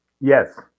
Yes